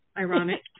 ironic